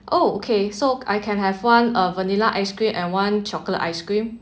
okay so I can have one uh vanilla ice cream and one chocolate ice cream